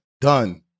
Done